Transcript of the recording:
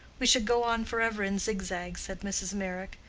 we should go on forever in zig-zags, said mrs. meyrick.